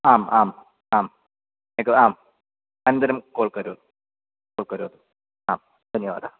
आम् आम् आम् एकवा आम् अनन्तरं कोल् करोतु कोल् करोतु आं धन्यवादः